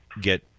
get